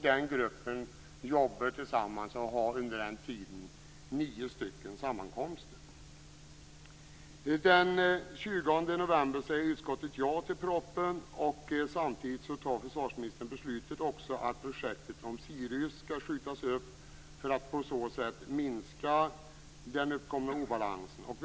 Den gruppen jobbar tillsammans och har under den tiden nio stycken sammankomster. Den 20 november säger utskottet ja till proppen. Samtidigt fattar försvarsministern beslut om att projektet Sirius skall skjutas upp, för att på så sätt minska den uppkomna obalansen.